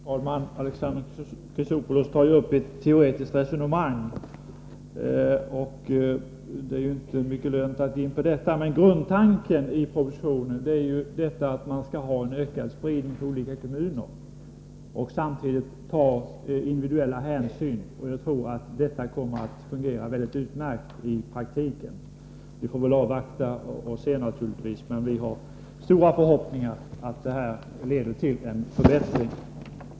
Fru talman! Alexander Chrisopoulos tar upp ett teoretiskt resonemang, och det är inte mycket lönt att gå in på detta. Men grundtanken i propositionen är ju att man skall få till stånd en ökad spridning till olika kommuner och samtidigt ta individuella hänsyn. Jag tror att det kommer att fungera utmärkt i praktiken. Vi får naturligtvis avvakta och se, men jag har stora förhoppningar om att det som nu beslutas leder till en förbättring.